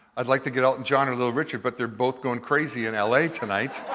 i'd like to get elton john or little richard, but they're both going crazy in la tonight.